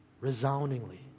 resoundingly